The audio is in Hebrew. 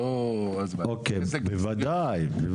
בוודאי.